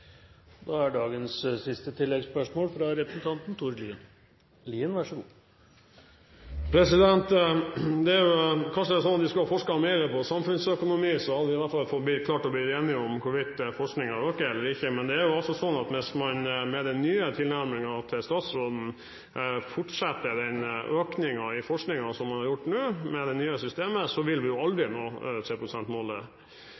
Tord Lien – til dagens siste oppfølgingsspørsmål. Vi skulle kanskje ha forsket mer på samfunnsøkonomi, så hadde vi i alle fall kunnet klare å bli enige om hvorvidt forskningen øker eller ikke. Men hvis man med den nye tilnærmingen til statsråden fortsetter økningen i forskningen som man nå har gjort med det nye systemet, vil vi